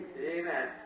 Amen